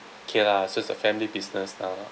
okay lah so it's a family business style lah